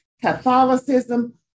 Catholicism